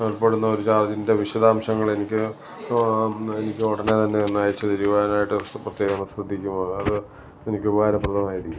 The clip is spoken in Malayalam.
ഏർപ്പെടുന്ന ഒരു ചാർജിൻ്റെ വിശദാംശങ്ങൾ എനിക്ക് എനിക്ക് ഉടനെ തന്നെ ഒന്ന് അയച്ചു തരുവാനായിട്ട് പ്രത്യേകം ശ്രദ്ധിക്കുക അത് എനിക്ക് ഉപകാരപ്രദമായിരിക്കും